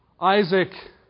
Isaac